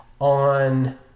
on